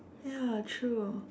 ya true